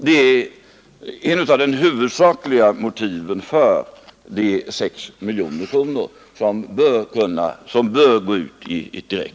Detta är alltså det huvudsakliga motivet för att 6 miljoner kronor bör lämnas som bidrag.